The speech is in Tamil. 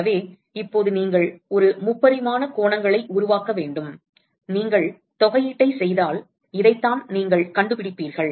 எனவே இப்போது நீங்கள் ஒரு 3 பரிமாண கோணங்களை உருவாக்க வேண்டும் நீங்கள் தொகையீட்டைச் செய்தால் இதைத்தான் நீங்கள் கண்டுபிடிப்பீர்கள்